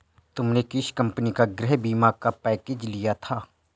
तुमने किस कंपनी का गृह बीमा का पैकेज लिया था?